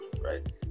right